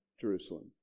Jerusalem